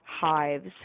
hives